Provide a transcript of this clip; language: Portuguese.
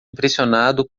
impressionado